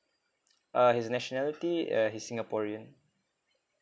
uh his nationality uh he's singaporean